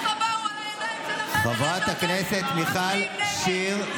חברת הכנסת מיכל שיר.